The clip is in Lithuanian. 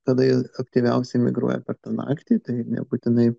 kada jie aktyviausiai migruoja per tą naktį tai nebūtinai